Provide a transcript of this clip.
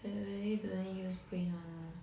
like really don't need use brain one